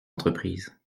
entreprise